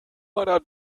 meiner